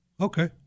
okay